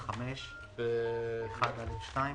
על 5(1)(א)(2)?